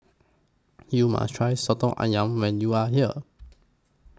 YOU must Try Soto Ayam when YOU Are here